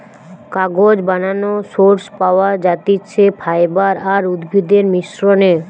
কাগজ বানানোর সোর্স পাওয়া যাতিছে ফাইবার আর উদ্ভিদের মিশ্রনে